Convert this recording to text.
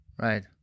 Right